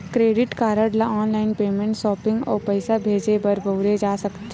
credit card ल online payment, shopping अउ पइसा भेजे बर बउरे जा सकत हे